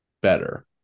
better